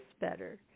better